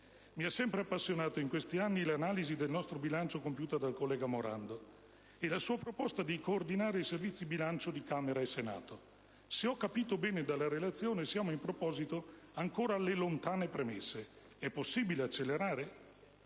Mi ha sempre appassionato, in questi anni, l'analisi del nostro bilancio compiuta dal collega Morando e la sua proposta di coordinare i Servizi bilancio di Camera e Senato. Se ho capito bene dalla relazione, siamo in proposito ancora alle lontane premesse. È possibile accelerare?